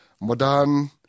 Modern